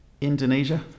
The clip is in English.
Indonesia